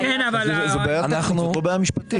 זאת בעיה טכנית, לא בעיה משפטית.